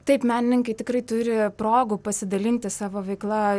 taip menininkai tikrai turi progų pasidalinti savo veikla